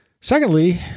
Secondly